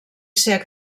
ser